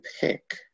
pick